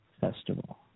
festival